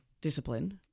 discipline